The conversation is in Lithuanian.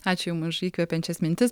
ačiū jum už įkvepiančias mintis